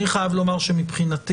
אני חייב לומר שמבחינתי